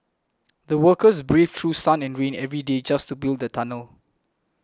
the workers braved through sun and rain every day just to build the tunnel